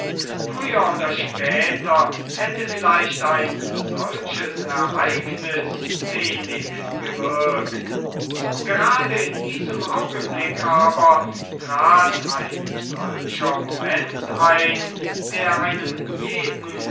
früher oder später hätte vielleicht ein solches ereignis wenig gewirkt gerade in diesem augenblicke aber trat ein solcher moment ein der einem jeden